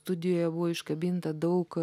studijoje buvo iškabinta daug